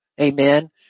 Amen